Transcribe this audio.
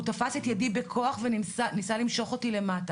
הוא תפס את ידי בכוח וניסה למשוך אותי למטה.